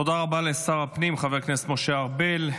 תודה רבה לשר הפנים חבר הכנסת משה ארבל.